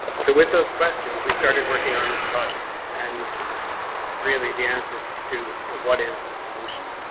so with those questions we started working on this project and really the answers to what is the solution?